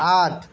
आठ